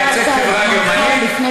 לייצג חברה גרמנית,